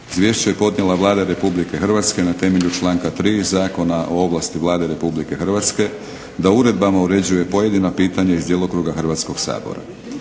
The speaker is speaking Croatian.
Izvješće je podnijela Vlada na temelju članka 3. Zakona o ovlasti Vlade Republike Hrvatske da uredbama uređuje pojedina pitanja iz djelokruga Hrvatskog sabora.